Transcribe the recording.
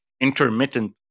intermittent